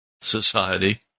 society